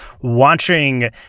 watching